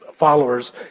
followers